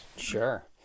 Sure